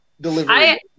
delivery